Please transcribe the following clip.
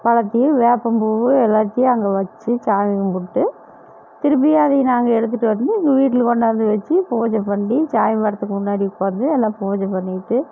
பழத்தையும் வேப்பம் பூ எல்லாத்தேயும் அங்கே வச்சு சாமி கும்பிட்டு திருப்பியும் அதை நாங்கள் எடுத்துட்டு வந்து எங்கள் வீட்டில் கொண்டாந்து வச்சு பூஜை பண்டி சாமிப் படத்துக்கு முன்னாடி உட்காந்து எல்லாம் பூஜை பண்ணிட்டு